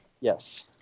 Yes